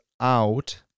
out